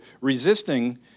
resisting